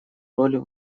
роль